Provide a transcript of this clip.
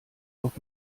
auf